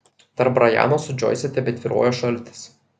tarp brajano su džoise tebetvyrojo šaltis